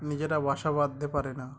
নিজেরা বাসা বাঁধতে পারে না